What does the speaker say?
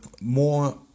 more